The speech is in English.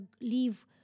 leave